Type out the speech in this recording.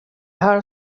här